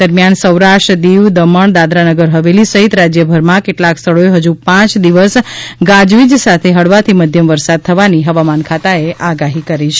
દરમિયાન સૌરાષ્ટ્ર દીવ દમણ દાદરાનગર હવેલી સહિત રાજ્યભરમાં કેટલાક સ્થળોએ હજુ પાંચ દિવસ ગાજવીજ સાથે હળવાથી મધ્યમ વરસાદ થવાની હવામાન ખાતાએ આગાહી કરી છે